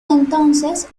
entonces